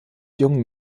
jungen